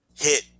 hit